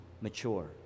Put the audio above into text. mature